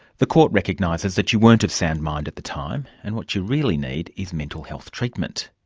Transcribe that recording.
the court recognises that you weren't of sound mind at the time, and what you really need is mental health treatment.